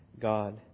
God